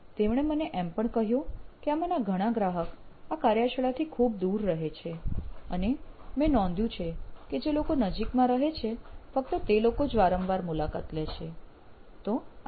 તેમણે મને એમ પણ કહ્યું કે આમાંના ઘણા ગ્રાહક આ કાર્યશલાથી ખૂબ દૂર રહે છે અને મેં નોંધ્યું છે કે જે લોકો નજીકમાં રહે છે ફક્ત તે લોકો જ વારંવાર મુલાકાત લે છે